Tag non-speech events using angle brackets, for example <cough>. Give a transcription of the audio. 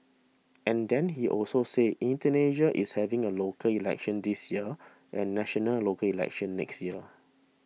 and then he also said Indonesia is having a local elections this year and national <unintelligible> elections next year